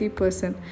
person